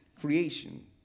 creation